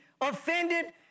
offended